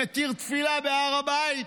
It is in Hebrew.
מתיר תפילה בהר הבית.